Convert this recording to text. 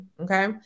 Okay